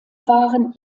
waren